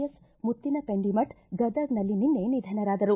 S Muttinapendimath ಗದಗನಲ್ಲಿ ನಿನ್ನೆ ನಿಧನರಾದರು